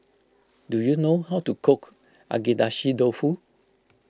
do you know how to cook Agedashi Dofu